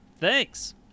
thanks